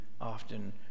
often